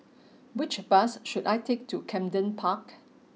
which bus should I take to Camden Park